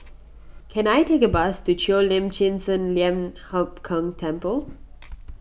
can I take a bus to Cheo Lim Chin Sun Lian Hup Keng Temple